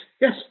yes